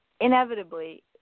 inevitably